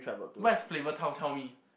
what is flavourtown tell me